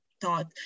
thought